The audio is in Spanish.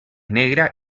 negra